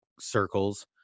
circles